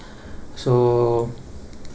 so